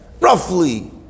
Roughly